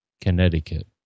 Connecticut